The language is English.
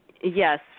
Yes